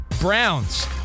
Browns